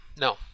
No